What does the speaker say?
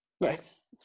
Yes